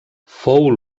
fou